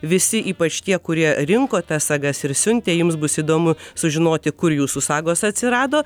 visi ypač tie kurie rinko tas sagas ir siuntė jums bus įdomu sužinoti kur jūsų sagos atsirado